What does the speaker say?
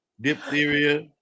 diphtheria